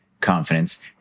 confidence